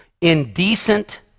indecent